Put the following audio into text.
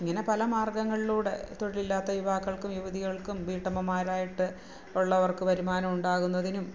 ഇങ്ങനെ പല മാര്ഗങ്ങളിലൂടെ തൊഴില് ഇല്ലാത്ത യുവാക്കള്ക്കും യുവതികള്ക്കും വീട്ടമ്മമാരായിട്ട് ഉള്ളവര്ക്ക് വരുമാനം ഉണ്ടാകുന്നതിനും